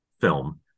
film